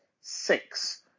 six